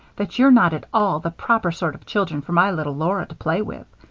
that you're not at all the proper sort of children for my little laura to play with.